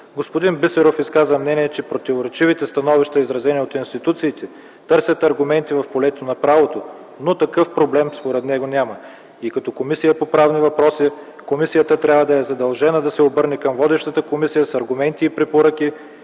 Господин Бисеров изказа мнение, че противоречивите становища, изразени от институциите, търсят аргументи в полето на правото, но такъв проблем, според него, няма. И като Комисия по правни въпроси, комисията трябва и е задължена да се обърне към водещата комисия с аргументи и препоръки,